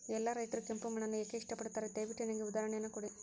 ಎಲ್ಲಾ ರೈತರು ಕೆಂಪು ಮಣ್ಣನ್ನು ಏಕೆ ಇಷ್ಟಪಡುತ್ತಾರೆ ದಯವಿಟ್ಟು ನನಗೆ ಉದಾಹರಣೆಯನ್ನ ಕೊಡಿ?